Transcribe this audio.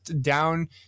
down